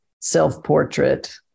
self-portrait